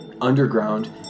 underground